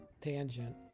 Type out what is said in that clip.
tangent